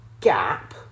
gap